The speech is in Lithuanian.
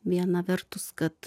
viena vertus kad